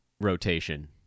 rotation